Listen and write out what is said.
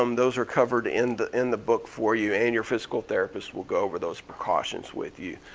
um those are covered in the in the book for you and your physical therapist will go over those precautions with you.